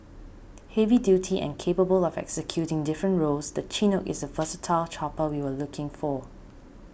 heavy duty and capable of executing different roles the Chinook is the versatile chopper we were looking for